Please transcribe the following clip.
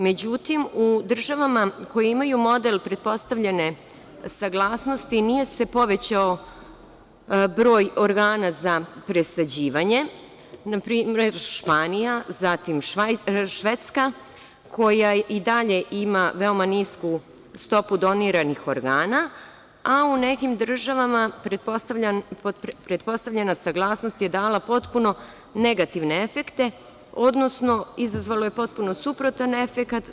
Međutim, u državama koje imaju model pretpostavljene saglasnosti nije se povećao broj organa za presađivanje, npr. Španija, zatim Švedska koja i dalje ima veoma nisku stopu doniranih organa, a u nekim državama pretpostavljena saglasnost je dala potpuno negativne efekte, odnosno izazvala je potpuno suprotan efekat.